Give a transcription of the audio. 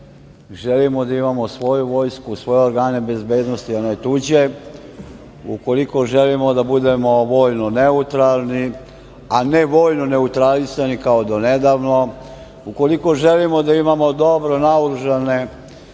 želimo da imamo svoju vojsku, svoje organe bezbednosti a ne tuđe, ukoliko želimo da budemo dovoljno neutralni, a ne vojno neutralisani kao donedavno, ukoliko želimo da imamo dobro naoružanu